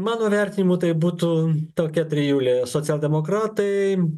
mano vertinimu tai būtų tokia trijulė socialdemokratai